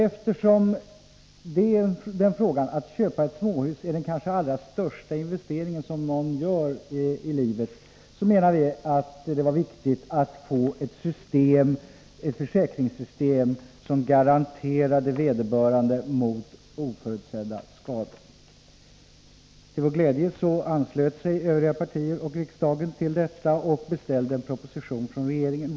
Eftersom detta med att köpa ett småhus kanske är den största investering som någon gör i livet, menade vi att det var viktigt att få ett försäkringssystem som ger vederbörande garanterat skydd mot oförutsedda skador. Till vår glädje anslöt sig övriga partier, och därmed riksdagen, till denna motion och beställde en proposition från regeringen.